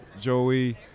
Joey